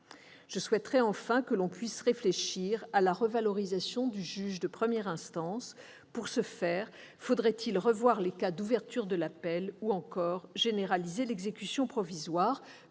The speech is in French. Je souhaiterais enfin que l'on puisse réfléchir à la revalorisation du rôle du juge de première instance : pour ce faire, faut-il revoir les cas d'ouverture de l'appel ou encore généraliser l'exécution provisoire ?